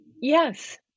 Yes